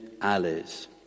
alleys